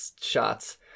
shots